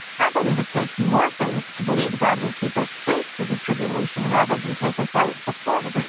i believe it takes more faith to believe god will keep us safe through the tribulation rather than take us out before the